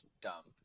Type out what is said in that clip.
dump